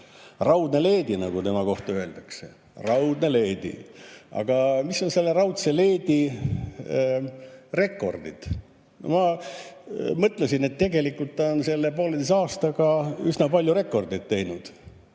Raudne leedi, nagu tema kohta öeldakse. Raudne leedi. Aga mis on selle raudse leedi rekordid? Ma mõtlesin, et tegelikult on ta selle pooleteise aastaga üsna palju rekordeid teinud.